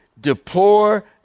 deplore